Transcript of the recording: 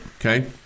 Okay